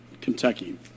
Kentucky